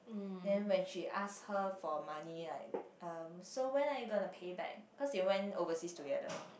then when she ask her for money like um so when are you going to pay back cause they went overseas together